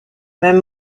même